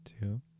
Two